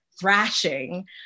thrashing